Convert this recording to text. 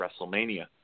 WrestleMania